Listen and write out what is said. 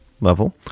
level